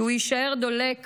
כי הוא יישאר דולק